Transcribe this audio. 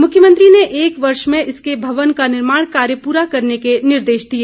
मुख्यमंत्री ने एक वर्ष में इसके भवन का निर्माण कार्य पूरा करने के निर्देश दिए